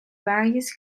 various